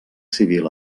civil